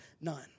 none